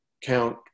count